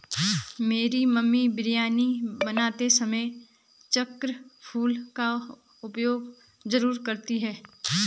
मेरी मम्मी बिरयानी बनाते समय चक्र फूल का उपयोग जरूर करती हैं